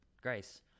Grace